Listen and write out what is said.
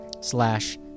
slash